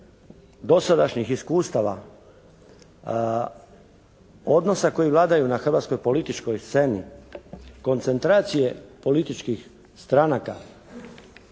dosadašnjih iskustava odnosa koji vladaju na hrvatskoj političkoj sceni, koncentracije političkih stranaka,